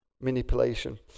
manipulation